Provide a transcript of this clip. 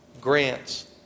grants